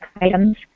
items